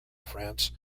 france